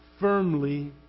firmly